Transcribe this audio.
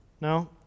No